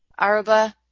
Aruba